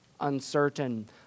uncertain